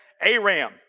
Aram